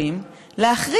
אני אגיד,